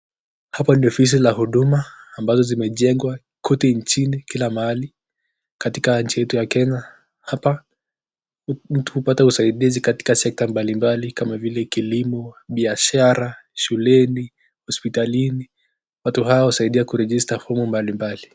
Hapa ni ofisi la huduma ambazo zimejengwa kote nchini, kila mahali katika nchi yetu ya Kenya, hapa mtu hupata usaidizi katika sekta mbali mbali, kama vile kilimo, biashara, shuleni, hospitalini, watu huwasadia kurejista fomu mbali mbali.